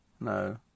No